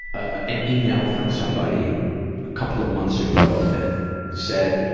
an email from somebody a couple of months ago that said,